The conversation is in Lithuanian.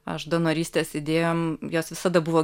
aš donorystės idėjom jos visada buvo